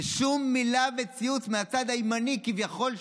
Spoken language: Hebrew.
ושום מילה וציוץ מהצד הימני כביכול,